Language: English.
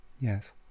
Yes